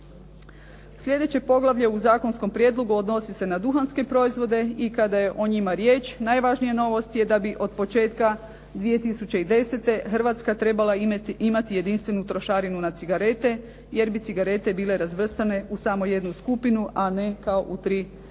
Sljedeće poglavlje u zakonskom prijedlogu odnosi se na duhanske proizvode i kada je o njima riječ najvažnija novost je da bi od početka 2010. Hrvatska trebala imati jedinstvenu trošarinu na cigarete, jer bi cigarete bile razvrstane u samo jednu skupinu, a ne u tri kao